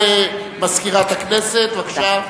הודעה למזכירת הכנסת, בבקשה.